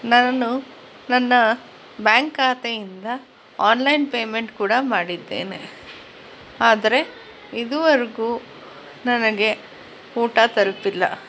ನಾನು ನನ್ನ ಬ್ಯಾಂಕ್ ಖಾತೆಯಿಂದ ಆನ್ಲೈನ್ ಪೇಮೆಂಟ್ ಕೂಡ ಮಾಡಿದ್ದೇನೆ ಆದರೆ ಇದುವರೆಗೂ ನನಗೆ ಊಟ ತಲುಪಿಲ್ಲ